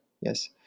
yes